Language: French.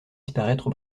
disparaître